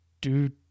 Dude